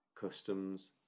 customs